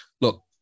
look